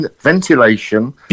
ventilation